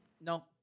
No